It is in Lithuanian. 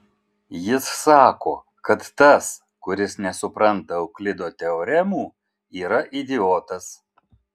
jis sako kad tas kuris nesupranta euklido teoremų yra idiotas